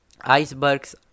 Icebergs